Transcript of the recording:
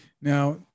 Now